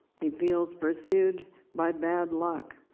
he feels pursued by bad luck,